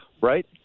right